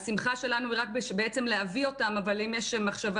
השמחה שלנו היא רק בעצם להביא אותם אבל אם יש מחשבה